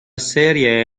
serie